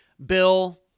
Bill